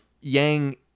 Yang